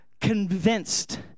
convinced